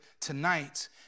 tonight